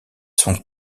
sont